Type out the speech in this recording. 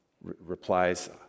Replies